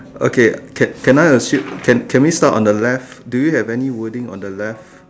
okay can can I assume can we start on the left do you have any wording on the left